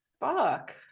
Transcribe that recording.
fuck